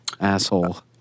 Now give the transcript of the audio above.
asshole